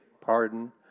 pardon